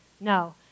No